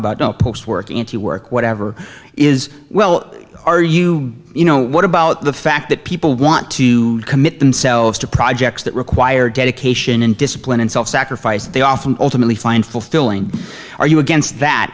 about don't post work into work whatever is well are you you know what about the fact that people want to commit themselves to projects that require dedication and discipline and self sacrifice they often ultimately find fulfilling are you against that